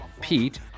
Pete